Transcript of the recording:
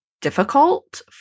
difficult